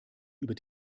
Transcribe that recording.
über